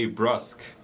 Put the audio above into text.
brusque